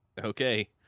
Okay